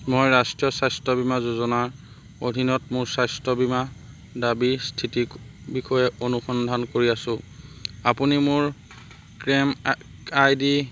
মই ৰাষ্ট্ৰীয় স্বাস্থ্য বীমা যোজনা অধীনত মোৰ স্বাস্থ্য বীমা দাবীৰ স্থিতিৰ বিষয়ে অনুসন্ধান কৰি আছোঁ আপুনি মোৰ ক্লেইম আই ডি